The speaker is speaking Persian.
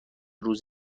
روز